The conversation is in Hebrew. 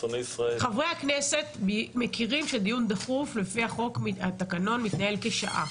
חברי הכנסת מכירים שדיון דחוף לפי החוק והתקנון מתנהל כשעה.